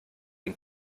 den